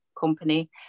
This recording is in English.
company